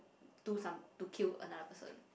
do some to kill another person